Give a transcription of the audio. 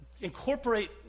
incorporate